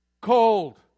cold